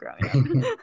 growing